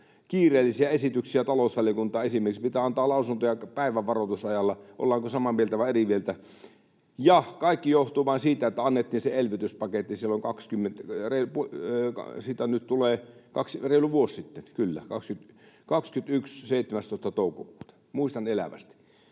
kiireellisiä esityksiä talousvaliokuntaan. Esimerkiksi pitää antaa lausuntoja päivän varoitusajalla, ollaanko samaa mieltä vai eri mieltä. Kaikki johtuu vain siitä, että annettiin se elvytyspaketti reilu vuosi sitten, kyllä, 17. toukokuuta 21 — muistan elävästi.